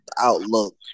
outlook